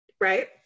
right